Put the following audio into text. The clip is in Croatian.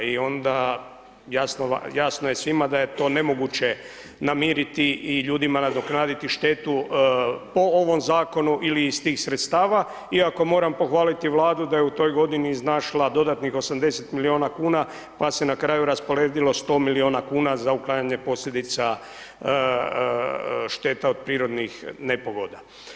I onda jasno je svima da je to nemoguće namiriti i ljudima nadoknaditi štetu, po ovom zakonu ili iz tih sredstava, iako moram pohvaliti Vladu da je u toj godini iznašla dodatnih 80 milijuna kuna pa se na kraju rasporedilo 100 milijuna kuna za uklanjanje posljedice šteta od prirodnih nepogoda.